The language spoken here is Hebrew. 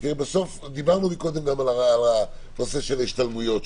דיברנו קודם על הנושא של ההשתלמויות,